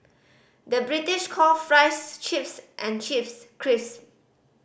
the British call fries chips and chips crisp